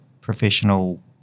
professional